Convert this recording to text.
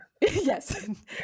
Yes